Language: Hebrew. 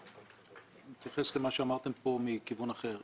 אני מתייחס למה שאמרתם כאן מכיוון אחר.